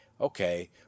okay